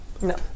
No